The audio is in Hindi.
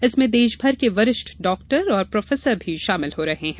इसमें देशभर के वरिष्ठ डाक्टर और प्रोफेसर भी शामिल हो रहे हैं